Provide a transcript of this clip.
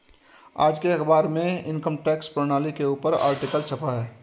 आज के अखबार में इनकम टैक्स प्रणाली के ऊपर आर्टिकल छपा है